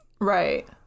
Right